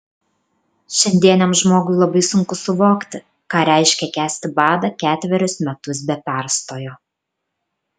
šiandieniam žmogui labai sunku suvokti ką reiškia kęsti badą ketverius metus be perstojo